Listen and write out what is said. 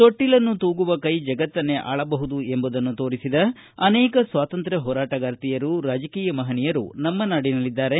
ತೊಟ್ಟಿಲನ್ನು ತೂಗುವ ಕೈ ಜಗತ್ತನ್ನೇ ಆಳಬಹುದು ಎಂಬುದನ್ನು ತೋರಿಸಿದ ಅನೇಕ ಸ್ವಾತಂತ್ರ್ಯ ಹೋರಾಟಗಾರ್ತಿಯರು ರಾಜಕೀಯ ಮಹನೀಯರು ನಮ್ಮ ನಾಡಿನಲ್ಲಿದ್ದಾರೆ